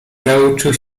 nauczył